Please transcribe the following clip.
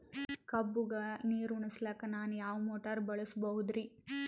ಕಬ್ಬುಗ ನೀರುಣಿಸಲಕ ನಾನು ಯಾವ ಮೋಟಾರ್ ಬಳಸಬಹುದರಿ?